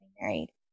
married